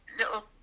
little